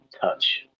touch